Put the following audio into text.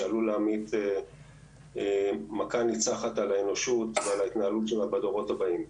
שעלול להמיט מכה ניצחת על האנושות ועל ההתנהלות שלה בדורות הבאים.